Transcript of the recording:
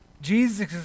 Jesus